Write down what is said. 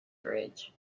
bridge